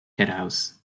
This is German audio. heraus